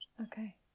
Okay